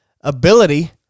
ability